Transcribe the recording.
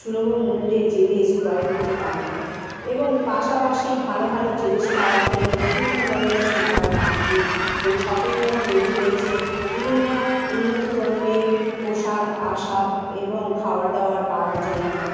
সুলভ মূল্যে জিনিস ক্রয় করতে পারেন এবং পাশাপাশি ভালো ভালো জিনিস পাওয়ার জন্য বিভিন্ন ধরনের সুপার মার্কেট এবং শপিং মল তৈরি হয়েছে বিভিন্ন উন্নত ধরনের পোশাক আসাক এবং খাবার দাবার পাওয়ার জন্য